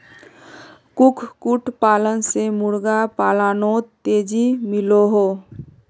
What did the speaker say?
कुक्कुट पालन से मुर्गा पालानोत तेज़ी मिलोहो